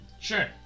Sure